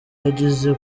yagize